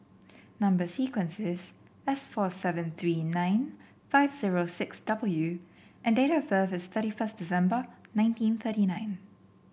number sequence is S four seven three nine five zero six W and date of birth is thirty first December nineteen thirty nine